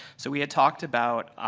so, we had talked about,